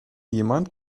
jemand